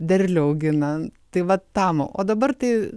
derlių augina tai vat tam o dabar tai